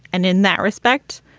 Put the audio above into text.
and in that respect,